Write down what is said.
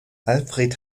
alfred